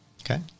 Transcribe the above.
Okay